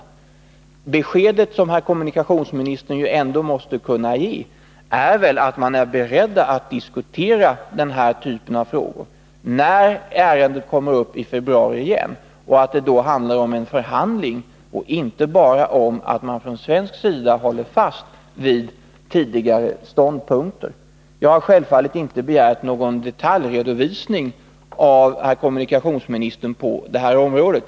Ett besked som kommunikationsministern ändå måste kunna ge är väl att man är beredd att diskutera den här typen av frågor, när ärendet kommer upp igen i februari. Vidare att det då rör sig om att förhandla och inte bara om att från svensk sida hålla fast vid tidigare ståndpunkter. Jag har självfallet inte begärt någon detaljerad redovisning av herr kommunikationsministern på detta område.